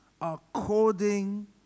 according